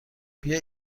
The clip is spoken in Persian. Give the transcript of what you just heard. بیا